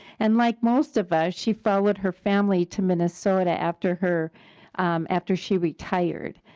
and like most of us she followed her family to minnesota after her after she retired.